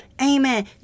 Amen